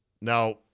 Now